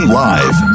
live